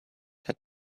had